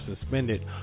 suspended